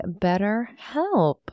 BetterHelp